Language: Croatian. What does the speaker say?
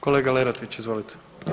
Kolega Lerotić, izvolite.